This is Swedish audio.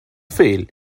fel